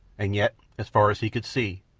and yet, as far as he could see,